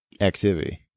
activity